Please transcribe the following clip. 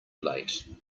late